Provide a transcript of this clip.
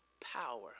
power